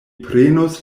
prenos